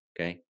okay